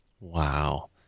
Wow